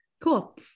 Cool